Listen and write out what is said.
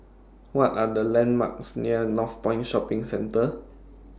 What Are The landmarks near Northpoint Shopping Centre